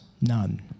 none